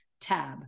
tab